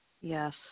Yes